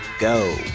go